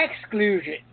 Exclusion